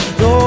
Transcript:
no